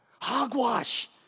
Hogwash